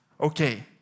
Okay